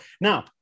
Now